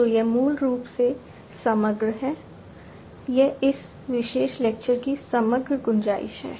तो यह मूल रूप से समग्र है यह इस विशेष लेक्चर की समग्र गुंजाइश है